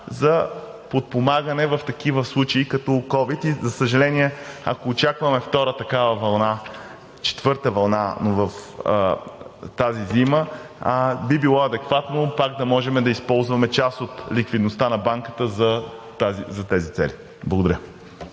за подпомагане в такива случаи като ковид. И, за съжаление, ако очакваме четвърта вълна тази зима, би било адекватно пак да можем да използваме част от ликвидността на банката за тези цели. Благодаря.